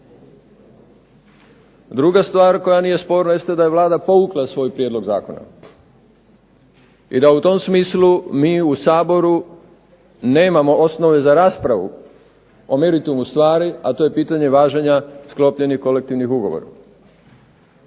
Druga stvar koja nije sporna jeste da je Vlada povukla svoj prijedlog zakona i da u tom smislu mi u Saboru nemamo osnovu za raspravu o meritumu stvari, a to je pitanje važenja sklopljeni kolektivni ugovor.